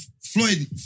Floyd